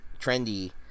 trendy